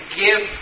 give